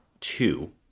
two